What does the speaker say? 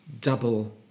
double